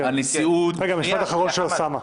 אוסאמה.